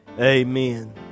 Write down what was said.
Amen